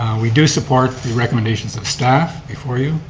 we do support the recommendations of staff before you.